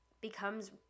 becomes